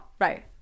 right